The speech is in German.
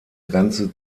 grenze